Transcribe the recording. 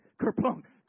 Kerplunk